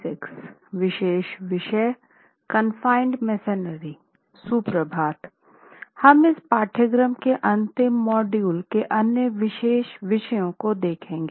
सुप्रभात हम इस पाठ्यक्रम के अंतिम मॉड्यूल के अन्य विशेष विषयों को देखेंगे